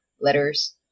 letters